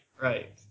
right